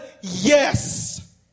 yes